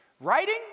Writing